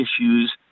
issues